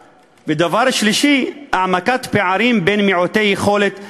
3. העמקת פערים בין מעוטי יכולת לעשירים.